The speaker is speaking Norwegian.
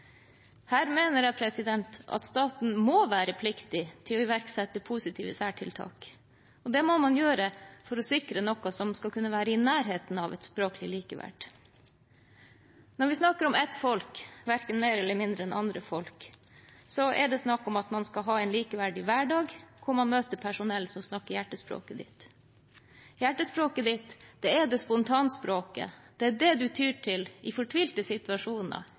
Her mener jeg at staten må være pliktig til å iverksette positive særtiltak, og det må man gjøre for å sikre noe som skal kunne være i nærheten av språklig likeverd. Når vi snakker om ett folk – verken mer eller mindre enn andre folk – er det snakk om at man skal ha en likeverdig hverdag, hvor man møter personell som snakker hjertespråket ditt. Hjertespråket ditt er spontanspråket, det er det man tyr til i fortvilte situasjoner,